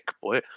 boy